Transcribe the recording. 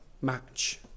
match